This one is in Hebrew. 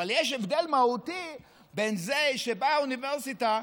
אבל יש הבדל מהותי בין זה שבאה אוניברסיטה,